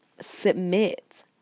submit